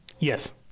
Yes